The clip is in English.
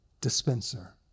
dispenser